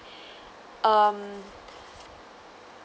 um